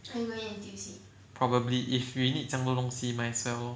probably if we need 这样多东西 might as well